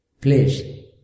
place